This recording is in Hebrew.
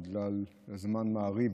בגלל זמן מעריב,